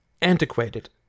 antiquated